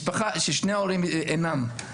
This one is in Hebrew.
משפחה ששני ההורים אינם.